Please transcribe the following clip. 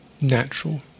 natural